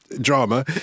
drama